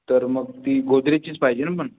तर मग ती गोदरेजचीच पाहिजे ना पण